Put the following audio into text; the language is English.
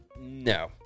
no